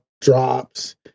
drops